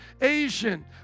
Asian